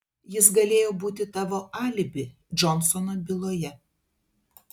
jis galėjo būti tavo alibi džonsono byloje